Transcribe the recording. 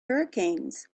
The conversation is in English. hurricanes